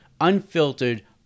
unfiltered